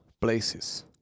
places